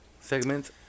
segment